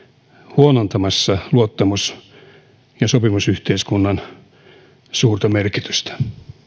huonontamassa luottamus ja sopimusyhteiskunnan suurta merkitystä